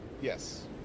Yes